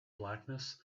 blackness